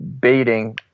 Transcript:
baiting